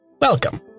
Welcome